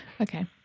Okay